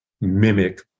mimic